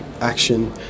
action